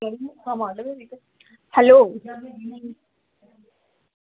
hello